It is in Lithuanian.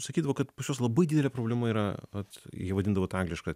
sakydavo kad pas juos labai didelė problema yra vat jie vadindavo tą anglišką